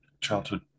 childhood